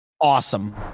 Awesome